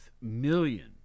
million